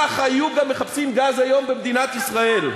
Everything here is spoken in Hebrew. כך היו גם מחפשים היום גז במדינת ישראל.